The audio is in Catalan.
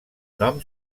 nom